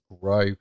grow